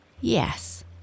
Yes